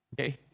Okay